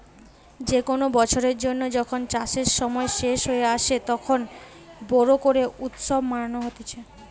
যে কোনো বছরের জন্য যখন চাষের সময় শেষ হয়ে আসে, তখন বোরো করে উৎসব মানানো হতিছে